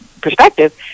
perspective